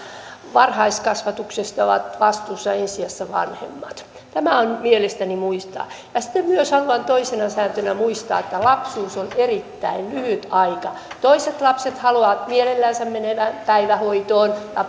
varhaiskasvatuksesta ovat vastuussa ensi sijassa vanhemmat tämä pitää mielestäni muistaa ja sitten haluan myös toisena sääntönä muistuttaa että lapsuus on erittäin lyhyt aika toiset lapset haluavat mielellänsä mennä päivähoitoon ja